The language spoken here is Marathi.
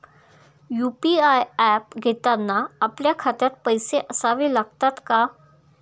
यु.पी.आय ऍप घेताना आपल्या खात्यात पैसे असावे लागतात का?